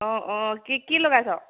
অঁ অঁ কি কি লগাইছ